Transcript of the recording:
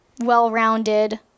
well-rounded